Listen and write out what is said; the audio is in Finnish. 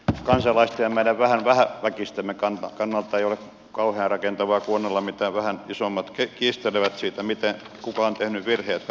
kansalaisten ja meidän vähäväkistemme kannalta ei ole kauhean rakentavaa kuunnella mitä vähän isommat kiistelevät siitä kuka on tehnyt virheitä